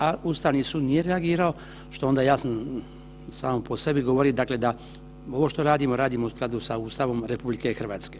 A Ustavni sud nije reagirao, što onda jasno, samo po sebi govori dakle da, ovo što radimo, radimo u skladu sa Ustavom RH.